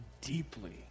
deeply